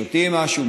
שותים משהו,